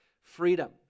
freedom